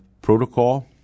Protocol